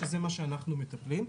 שזה מה שאנחנו מטפלים.